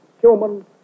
human